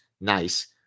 nice